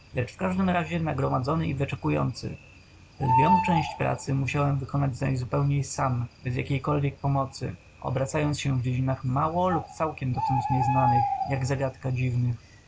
lecz w każdym razie nagromadzony i wyczekujący lwią część pracy musiałem wykonać najzupełniej sam bez jakiejkolwiek pomocy obracając się w dziedzinach mało lub całkiem dotąd nieznanych jak zagadka dziwnych